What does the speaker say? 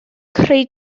creu